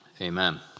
Amen